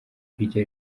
iryo